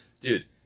dude